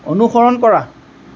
অনুসৰণ কৰা